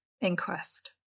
inquest